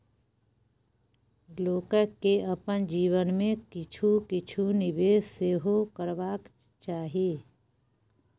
लोककेँ अपन जीवन मे किछु किछु निवेश सेहो करबाक चाही